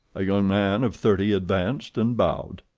a young man of thirty advanced and bowed.